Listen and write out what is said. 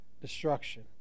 destruction